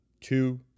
Two